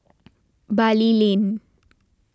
Bali Lane